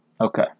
Okay